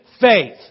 faith